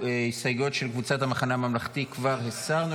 את ההסתייגויות של קבוצת המחנה הממלכתי כבר הסרנו,